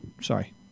Sorry